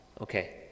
Okay